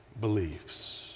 beliefs